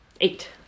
Eight